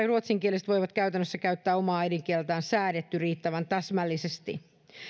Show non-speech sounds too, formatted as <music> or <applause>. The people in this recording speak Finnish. <unintelligible> ruotsinkieliset voivat käytännössä käyttää omaa äidinkieltään säädetty riittävän täsmällisesti